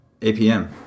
APM